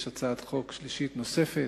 יש הצעת חוק שלישית, נוספת,